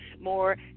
more